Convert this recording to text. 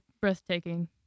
breathtaking